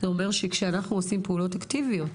זה אומר שכשאנחנו עושים פעולות אקטיביות